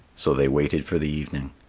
so they waited for the evening.